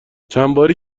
چندباری